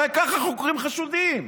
הרי ככה חוקרים חשודים,